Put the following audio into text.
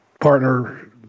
partner